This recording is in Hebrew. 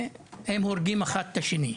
שהם הורגים אחד את השני.